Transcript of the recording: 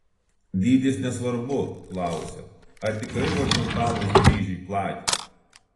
dydis nesvarbu klausia ar tikrai horizontalūs dryžiai platina